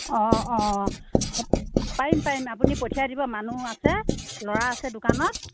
অ' অ' পাৰিম পাৰিম আপুনি পঠিয়াই দিব মানুহ আছে ল'ৰা আছে দোকানত